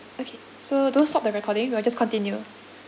okay so don't stop the recording we'll just continue